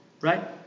right